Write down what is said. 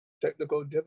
technical